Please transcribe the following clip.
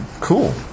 cool